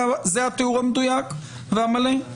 זה התיאור המדויק והמלא?